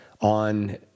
on